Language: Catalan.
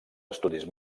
estudis